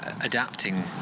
adapting